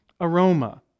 aroma